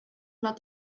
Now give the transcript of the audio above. about